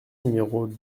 numéros